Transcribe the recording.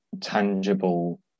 tangible